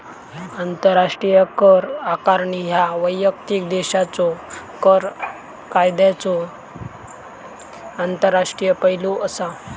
आंतरराष्ट्रीय कर आकारणी ह्या वैयक्तिक देशाच्यो कर कायद्यांचो आंतरराष्ट्रीय पैलू असा